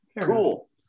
cool